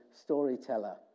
storyteller